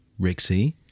rixie